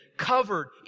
covered